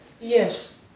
Yes